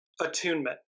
attunement